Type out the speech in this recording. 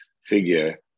figure